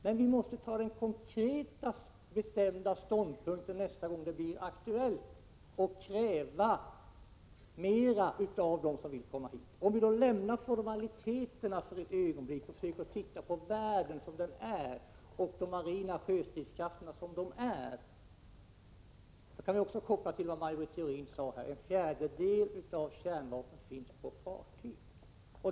Men vi måste inta en bestämd konkret ståndpunkt nästa gång frågan blir aktuell och kräva mer av dem som vill komma hit. Låt oss lämna formaliteterna för ett ögonblick och försöka se hur det är med de marina sjöstridskrafterna i världen. Då kan jag också koppla till vad Maj Britt Theorin sade: en fjärdedel av kärnvapen finns ombord på fartyg.